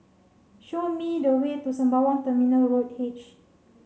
show me the way to Sembawang Terminal Road H